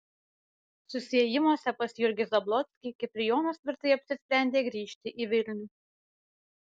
susiėjimuose pas jurgį zablockį kiprijonas tvirtai apsisprendė grįžti į vilnių